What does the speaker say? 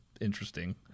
interesting